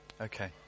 Okay